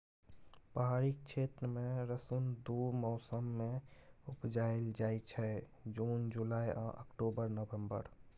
पहाड़ी क्षेत्र मे रसुन दु मौसम मे उपजाएल जाइ छै जुन जुलाई आ अक्टूबर नवंबर